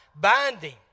Binding